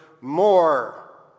more